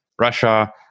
Russia